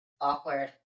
Awkward